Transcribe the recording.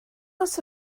oes